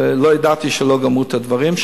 ולא ידעתי שלא גמרו את הדברים.